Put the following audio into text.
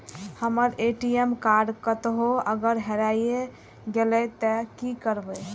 हमर ATM card कतहो अगर हेराय गले ते की करबे?